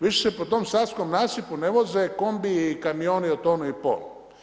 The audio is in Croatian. Više se po tom savskom nasipu ne voze kombiji i kamioni od tonu i pol.